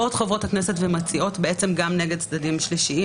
באות חברות הכנסת ומציעות גם נגד צדדים שלישיים